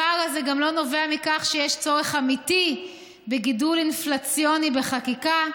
הפער הזה גם לא נובע מכך שיש צורך אמיתי בגידול אינפלציוני בחקיקה.